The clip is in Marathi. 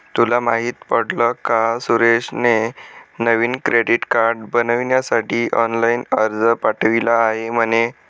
तुला माहित पडल का सुरेशने नवीन क्रेडीट कार्ड बनविण्यासाठी ऑनलाइन अर्ज पाठविला आहे म्हणे